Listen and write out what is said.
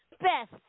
Best